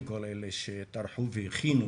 לכל אלה שטרחו והכינו